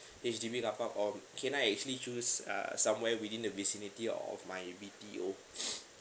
H_D_B carpark or can I actually choose uh somewhere within the vicinity of my B_T_O